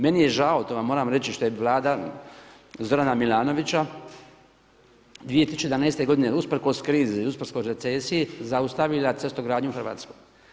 Meni je žao to vam moram reći što je Vlada Zorana Milanovića 2011. godine usprkos krizi i usprkos recesiji zaustavila cestogradnju u Hrvatskoj.